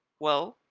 well,